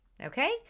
Okay